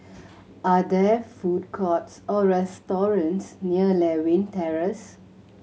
are there food courts or restaurants near Lewin Terrace